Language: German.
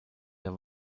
der